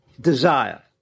desire